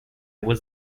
was